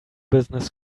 business